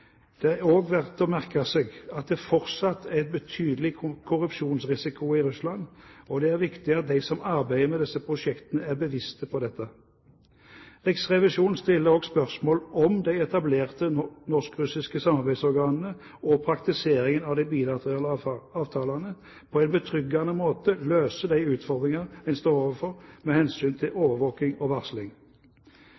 Det er også verdt å merke seg at det er fortsatt er en betydelig korrupsjonsrisiko i Russland, og det er viktig at de som arbeider med disse prosjektene, er seg dette bevisst. Riksrevisjonen stiller også spørsmål om de etablerte norsk-russiske samarbeidsorganene og praktiseringen av de bilaterale avtalene på en betryggende måte møter de utfordringer man står overfor med hensyn til